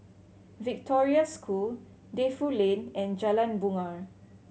Victoria School Defu Lane and Jalan Bungar